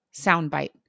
soundbite